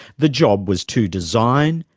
the job was to design,